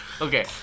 Okay